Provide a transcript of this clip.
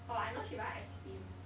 orh I know she buy ice cream